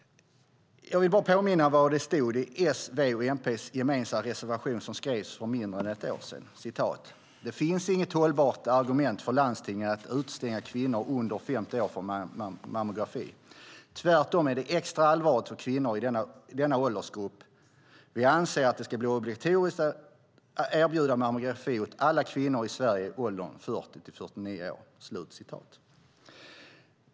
Jag vill påminna om vad som stod i S:s, V:s och MP:s gemensamma reservation som skrevs för mindre än ett år sedan: "Det finns inget hållbart argument för landstingen att utestänga kvinnor under 50 år från mammografi. Tvärtom är det extra allvarligt att kvinnor i denna åldersgrupp inte kallas. Vi anser att det bör bli obligatoriskt att erbjuda mammografi åt alla kvinnor i Sverige i åldern 40-49 år."